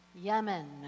Yemen